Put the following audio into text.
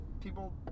people